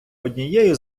однією